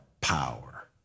power